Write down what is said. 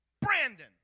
Brandon